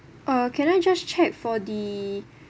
uh can I just check for the